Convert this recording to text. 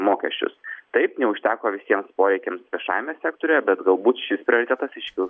mokesčius taip neužteko visiems poreikiams viešajame sektoriuje bet galbūt šis prioritetas iškils